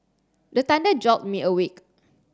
the thunder jolt me awake